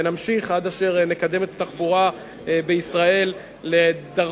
ונמשיך עד אשר נקדם את התחבורה בישראל לדרגות